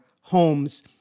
homes